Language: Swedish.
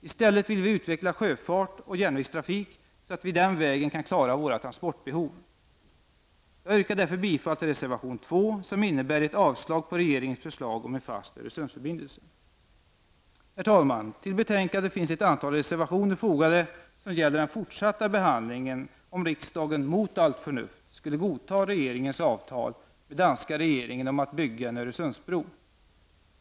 I stället vill vi utveckla sjöfart och järnvägstrafik så att vi den vägen kan klara våra transportbehov. Jag yrkar därför bifall till reservation 2, som innebär ett avslag på regeringens förslag om fast Herr talman! Till betänkandet finns ett antal reservationer fogade som gäller den fortsatta behandlingen om riksdagen, mot allt förnuft, skulle godta regeringens avtal med den danska regeringen att bygga en Öresundsbro.